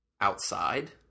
Outside